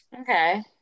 okay